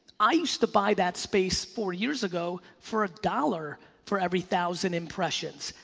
i used to buy that space four years ago for a dollar for every thousand impressions,